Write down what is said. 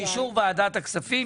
באישור ועדת הכספים,